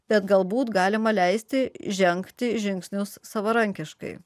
bet galbūt galima leisti žengti žingsnius savarankiškai